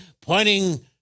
pointing